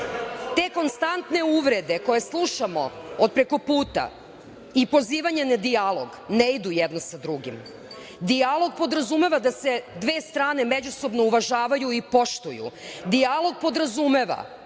Te konstantne uvrede koje slušamo od preko puta i pozivanje na dijalog, ne idu jedno sa drugim. Dijalog podrazumeva da se dve strane međusobno uvažavaju i poštuju, dijalog podrazumeva